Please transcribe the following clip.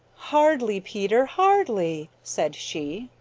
hardly, peter, hardly, said she.